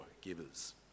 givers